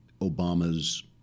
Obama's